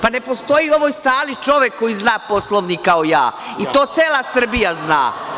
Ne postoji u ovoj sali čovek koji zna Poslovnik kao ja, i to cela Srbija zna.